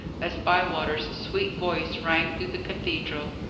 as bywater's sweet voice rang through the cathedral.